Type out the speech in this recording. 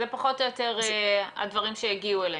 אלו פחות או יותר הדברים שהגיעו אלינו.